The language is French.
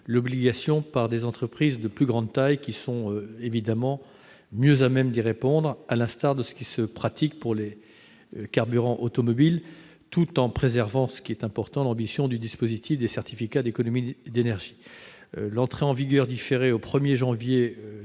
est question par des entreprises de plus grande taille, qui sont évidemment mieux à même d'y répondre, à l'instar de ce qui est en vigueur pour les carburants automobiles, tout en préservant, ce qui est important, l'ambition du dispositif des certificats d'économies d'énergie. L'entrée en vigueur différée au 1 janvier